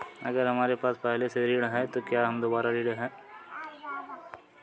अगर हमारे पास पहले से ऋण है तो क्या हम दोबारा ऋण हैं?